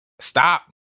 Stop